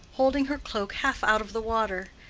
holding her cloak half out of the water.